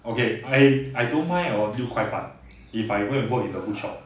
okay I I don't mind hor 六块半 if I go and work in the bookshop